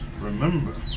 Remember